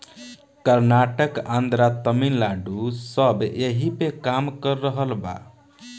कर्नाटक, आन्द्रा, तमिलनाडू सब ऐइपे काम कर रहल बा